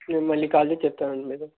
నేను మళ్ళీ కాల్ చేసి చెప్తానండీ మీకు